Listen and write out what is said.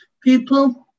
people